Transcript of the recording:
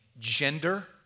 gender